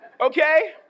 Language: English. okay